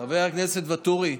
חבר הכנסת ואטורי,